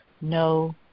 No